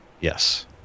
Yes